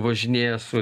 važinėja su